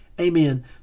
Amen